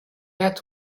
back